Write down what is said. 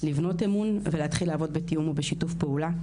לבנות אמון ולהתחיל לעבוד בתיאום ובשיתוף פעולה.